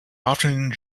often